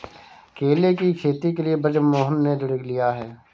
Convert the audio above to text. केले की खेती के लिए बृजमोहन ने ऋण लिया है